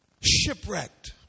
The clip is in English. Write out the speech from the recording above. Shipwrecked